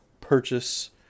purchase